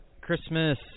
Christmas